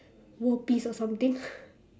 world peace or something